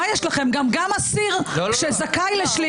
גם אסיר שזכאי לשליש,